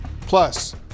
Plus